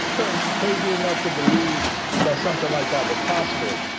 crazy crazy enough to believe that somethin' like that was possible.